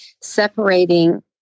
separating